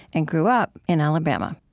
and grew up in alabama